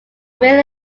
real